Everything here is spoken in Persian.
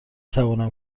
توانم